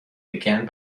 began